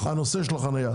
הנושא של החנייה.